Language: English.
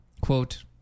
Quote